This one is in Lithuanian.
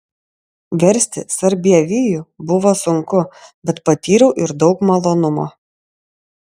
versti sarbievijų buvo sunku bet patyriau ir daug malonumo